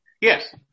Yes